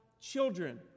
children